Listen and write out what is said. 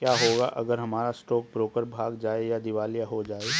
क्या होगा अगर हमारा स्टॉक ब्रोकर भाग जाए या दिवालिया हो जाये?